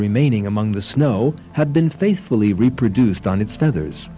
remaining among the snow had been faithfully reproduced on its feathers